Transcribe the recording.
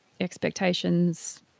expectations